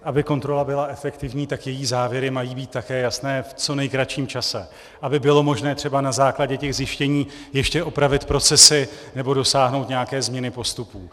Aby kontrola byla efektivní, tak její závěry mají být také jasné v co nejkratším čase, aby bylo možné třeba na základě těch zjištění ještě opravit procesy nebo dosáhnout nějaké změny postupů.